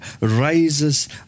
Rises